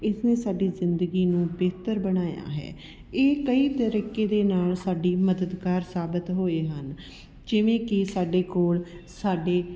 ਇਸ ਨੇ ਸਾਡੀ ਜ਼ਿੰਦਗੀ ਨੂੰ ਬਿਹਤਰ ਬਣਾਇਆ ਹੈ ਇਹ ਕਈ ਤਰੀਕੇ ਦੇ ਨਾਲ ਸਾਡੀ ਮਦਦਗਾਰ ਸਾਬਤ ਹੋਏ ਹਨ ਜਿਵੇਂ ਕਿ ਸਾਡੇ ਕੋਲ ਸਾਡੇ